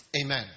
Amen